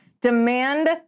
Demand